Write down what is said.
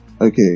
Okay